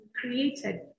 created